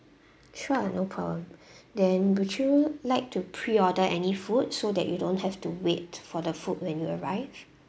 sure no problem then would you like to pre-order any food so that you don't have to wait for the food when you arrive